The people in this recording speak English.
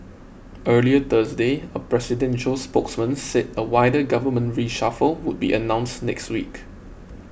earlier Thursday a presidential spokesman said a wider government reshuffle would be announced next week